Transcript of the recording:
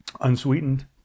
Unsweetened